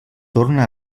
torna